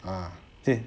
ah 对